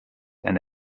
and